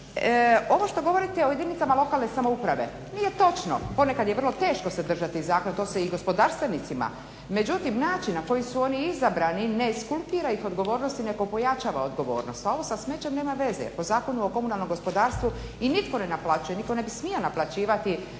Ovo što govorite o jedinicama lokalne samouprave nije točno. Ponekad je vrlo teško se držati zakona, to se i gospodarstvenicima, međutim način na koji su oni izabrani ne eskulpira ih odgovornosti nego pojačava odgovornost. A ovo sa smećem nema veze, po Zakonu o komunalnom gospodarstvu i nitko ne naplaćuje, nitko ne bi smio naplaćivati